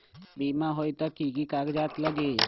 बिमा होई त कि की कागज़ात लगी?